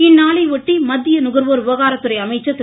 இந்நாளை ஒட்டி மத்திய நுகர்வோர் விவகாரத்துறை அமைச்சர் திரு